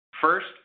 First